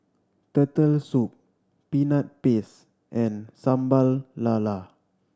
Turtle Soup Peanut Paste and Sambal Lala